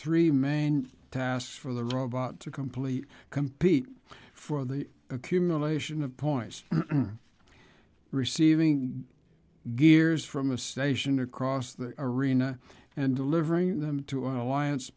three main tasks for the robot to complete compete for the accumulation of points receiving gears from a station across the arena and delivering them to